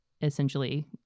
Essentially